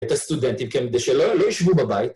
‫את הסטודנטים, ‫כדי שלא ישבו בבית.